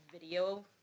video